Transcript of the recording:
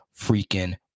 freaking